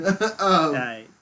Right